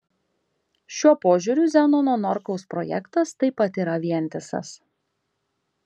šiuo požiūriu zenono norkaus projektas taip pat yra vientisas